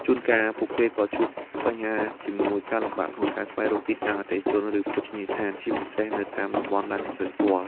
ជួនកាលពួកគេក៏ជួបបញ្ហាជាមួយ ការលំបាកក្នុងការស្វែងរកទីតាំង អតិថិជន ឬភោជនីយដ្ឋាន ជាពិសេសនៅតាមតំបន់ដែលមិនសូវស្គាល់។